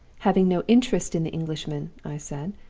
having no interest in the englishman i said,